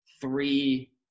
three